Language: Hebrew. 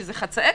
שזה חצי כיתות,